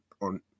on